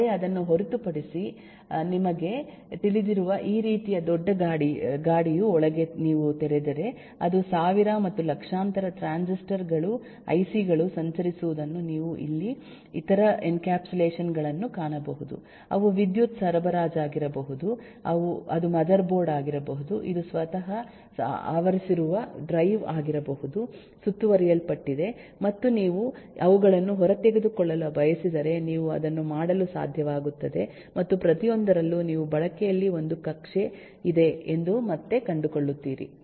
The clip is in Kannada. ಆದರೆ ಅದನ್ನು ಹೊರತುಪಡಿಸಿ ನಿಮಗೆ ತಿಳಿದಿರುವ ಈ ರೀತಿಯ ದೊಡ್ಡ ಗಾಡಿಯು ಒಳಗೆ ನೀವು ತೆರೆದರೆ ಅದು 1000 ಮತ್ತು ಲಕ್ಷಾಂತರ ಟ್ರಾನ್ಸಿಸ್ಟರ್ ಗಳು ಐಸಿ ಗಳು ಸಂಚರಿಸುವುದನ್ನು ನೀವು ಇಲ್ಲಿ ಇತರ ಎನ್ಕ್ಯಾಪ್ಸುಲೇಷನ್ ಗಳನ್ನು ಕಾಣಬಹುದು ಅವು ವಿದ್ಯುತ್ ಸರಬರಾಜಾಗಿರಬಹುದು ಅದು ಮದರ್ ಬೋರ್ಡ್ ಆಗಿರಬಹುದು ಇದು ಸ್ವತಃ ಆವರಿಸಿರುವ ಡ್ರೈವ್ ಆಗಿರಬಹುದು ಸುತ್ತುವರಿಯಲ್ಪಟ್ಟಿದೆ ಮತ್ತು ನೀವು ಅವುಗಳನ್ನು ಹೊರತೆಗೆದುಕೊಳ್ಳಲು ಬಯಸಿದರೆ ನೀವು ಅದನ್ನು ಮಾಡಲು ಸಾಧ್ಯವಾಗುತ್ತದೆ ಮತ್ತು ಪ್ರತಿಯೊಂದರಲ್ಲೂ ನೀವು ಬಳಕೆಯಲ್ಲಿ ಒಂದು ಕಕ್ಷೆ ಇದೆ ಎಂದು ಮತ್ತೆ ಕಂಡುಕೊಳ್ಳುತ್ತೀರಿ